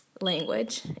language